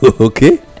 Okay